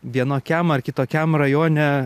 vienokiam ar kitokiam rajone